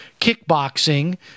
kickboxing